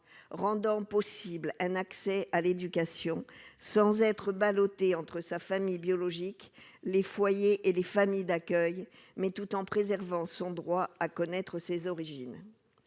rendant possible un accès à l'éducation, sans être ballottée entre sa famille biologique, les foyers et les familles d'accueil, mais tout en préservant son droit à connaître ses origines,